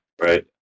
right